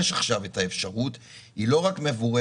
עכשיו את האפשרות היא לא רק מבורכת,